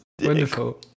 wonderful